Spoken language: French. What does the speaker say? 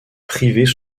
privées